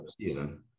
season